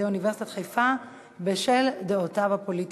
מטעם אוניברסיטת חיפה לפרופסור ישראל אומן בשל דעותיו הפוליטיות,